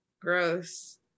Gross